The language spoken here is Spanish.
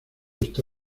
está